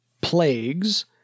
plagues